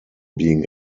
being